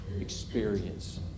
experience